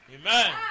Amen